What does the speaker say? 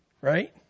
Right